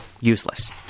useless